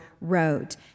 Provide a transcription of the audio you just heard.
wrote